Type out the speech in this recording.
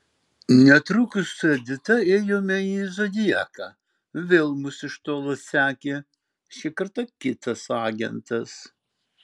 netrukus su edita ėjome į zodiaką vėl mus iš tolo sekė šį kartą kitas agentas